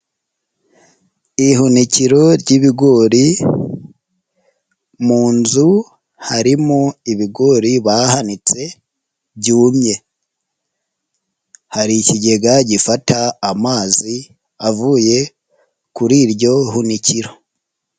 Ihunikiro ry'ibigori mu nzu harimo ibigori bahanitse byumye, hari ikigega gifata amazi avuye kuri iryo hunikiro.